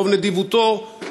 ברוב נדיבותו,